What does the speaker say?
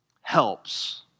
helps